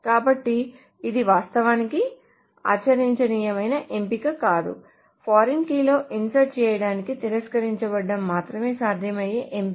కాబట్టి ఇది వాస్తవానికి ఆచరణీయమైన ఎంపిక కాదు ఫారిన్ కీలో ఇన్సర్ట్ చేయడాన్ని తిరస్కరించడం మాత్రమే సాధ్యమయ్యే ఎంపిక